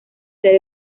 ser